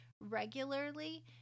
regularly